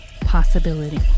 possibility